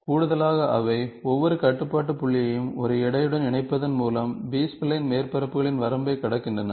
கூடுதலாக அவை ஒவ்வொரு கட்டுப்பாட்டு புள்ளியையும் ஒரு எடையுடன் இணைப்பதன் மூலம் பி ஸ்பைன் மேற்பரப்புகளின் வரம்பைக் கடக்கின்றன